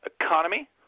economy